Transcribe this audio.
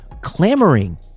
clamoring